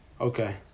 Okay